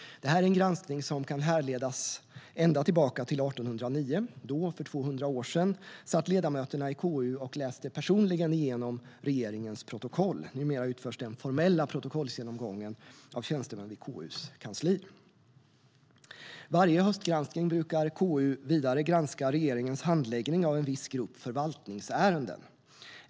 Det här är en granskning som kan härledas ända tillbaka till 1809. Då, för 200 år sedan, satt ledamöterna i KU och läste personligen igenom regeringens protokoll. Numera utförs den formella protokollsgenomgången av tjänstemän vid KU:s kansli. Vid varje höstgranskning brukar KU granska regeringens handläggning av en viss grupp förvaltningsärenden.